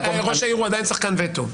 ראש העיר הוא עדיין שחקן וטו.